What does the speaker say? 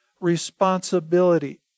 responsibility